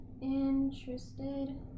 interested